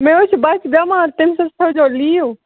مےٚ حظ چھِ بَچہٕ بٮ۪مار تٔمِس حظ تھٲیزیو لیٖو